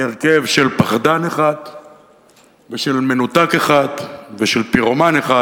היא הרכב של פחדן אחד ושל מנותק אחד ושל פירומן אחד,